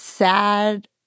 sad